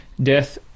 death